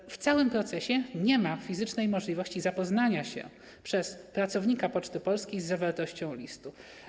W ciągu całego procesu nie ma fizycznej możliwości zapoznania się przez pracownika Poczty Polskiej z zawartością listu.